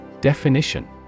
Definition